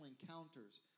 encounters